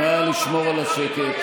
נא לשמור על השקט.